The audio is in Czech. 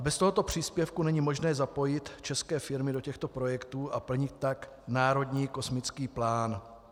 Bez tohoto příspěvku není možné zapojit české firmy do těchto projektů a plnit tak národní kosmický plán.